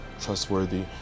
trustworthy